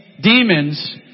demons